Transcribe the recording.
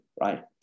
Right